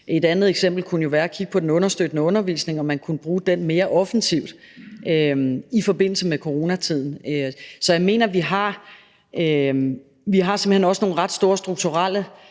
Et andet eksempel kunne jo være at kigge på den understøttende undervisning, altså om man kunne bruge den mere offensivt i forbindelse med coronatiden. Så jeg mener, at vi simpelt hen også har nogle ret store strukturelle